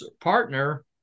partner